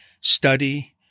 study